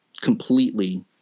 completely